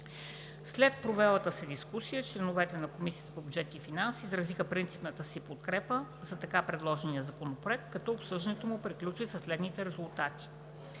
След провелата се дискусия членовете на Комисията по бюджет и финанси изразиха принципната си подкрепа за така предложения Законопроект, като обсъждането му приключи със следните резултати: